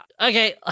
Okay